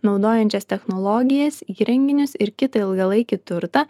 naudojančias technologijas įrenginius ir kitą ilgalaikį turtą